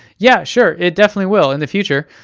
yeah, sure, it definitely will in the future.